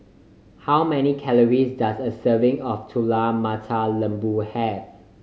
how many calories does a serving of Telur Mata Lembu have